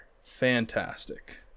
fantastic